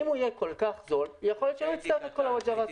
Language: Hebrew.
אם הוא יהיה כל כך זול יכול להיות שלא נצטרך את כל הווג'ראס הזה.